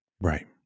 Right